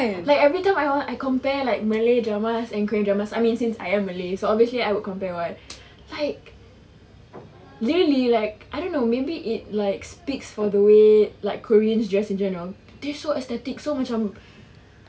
like everytime hor I want I compare like malay dramas and korean dramas I mean since I am malay so obviously I would compare [what] like really like I don't know maybe it like speaks for the way like koreans dress in general they so aesthetic so macam